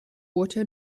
water